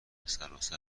سراسر